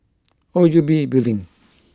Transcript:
O U B Building